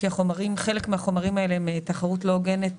כי חלק מהחומרים האלה מהווים תחרות לא הוגנת